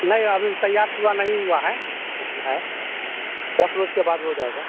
नहीं अभी वह तैयार पूरा नहीं हुआ है लेकिन है दस बजे के बाद हो जाएगा